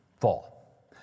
fall